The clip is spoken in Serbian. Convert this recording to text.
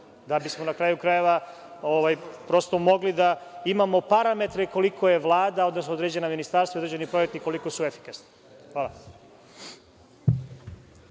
da bismo na kraju krajeva prosto mogli da imamo parametre koliko je Vlada, odnosno određena ministarstva, određeni projekti, koliko su efikasni. Hvala.